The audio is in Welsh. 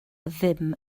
ddim